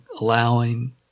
allowing